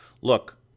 look